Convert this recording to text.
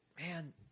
Man